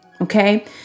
Okay